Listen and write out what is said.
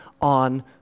on